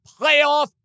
playoff